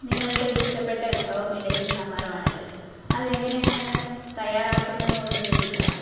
നിങ്ങളുടെ ഇഷ്ടപെട്ട വിഭവം ഇഡലിയും സാമ്പാറുവാണല്ലോ അതെങ്ങനെയാണ് തയ്യാറാക്കുന്നത് എന്ന് ഒന്ന് വിവരിക്കാമോ